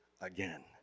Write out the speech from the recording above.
again